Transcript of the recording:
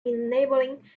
enabling